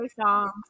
Songs